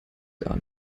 gar